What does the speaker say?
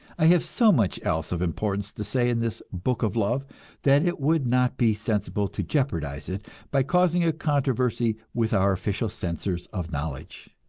i have so much else of importance to say in this book of love that it would not be sensible to jeopardize it by causing a controversy with our official censors of knowledge.